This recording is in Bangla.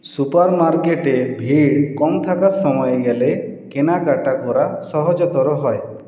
সুপারমার্কেটে ভিড় কম থাকার সময়ে গেলে কেনাকাটা করা সহজতর হয়